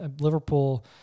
Liverpool